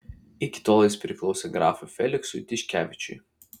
iki tol jis priklausė grafui feliksui tiškevičiui